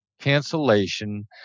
Cancellation